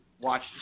watch